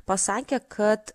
pasakė kad